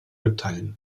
mitteilen